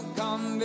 come